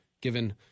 given